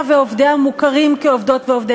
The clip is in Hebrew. הודאות שנגבות באופן